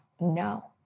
No